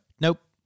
nope